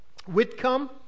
Whitcomb